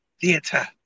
Theater